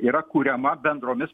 yra kuriama bendromis